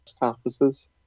conferences